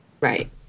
Right